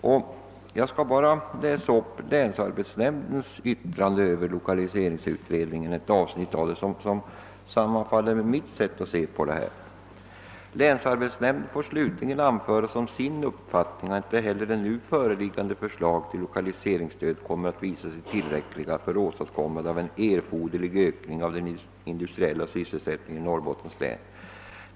Jag vill läsa upp ett avsnitt av länsarbetsnämndens yttrande över lokaliseringsutredningen, som sammanfaller med mitt sätt att se på denna fråga. »Länsarbetsnämnden får slutligen anföra som sin uppfattning att icke heller nu föreliggande förslag till lokaliseringsstöd kommer att visa sig tillräckliga för åstadkommande av en erforderlig ökning av den industriella sysselsättningen i Norrbottens län.